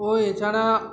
ও এছাড়া